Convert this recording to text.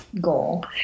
goal